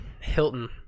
Hilton